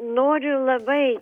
noriu labai